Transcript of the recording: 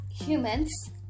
humans